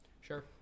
Sure